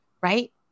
right